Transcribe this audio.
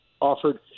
offered